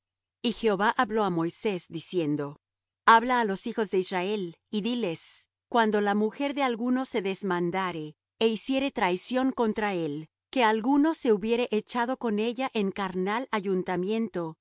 y jehová habló á moisés diciendo habla á los hijos de israel y diles cuando la mujer de alguno se desmandare é hiciere traición contra él que alguno se hubiere echado con ella en carnal ayuntamiento